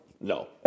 no